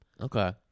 Okay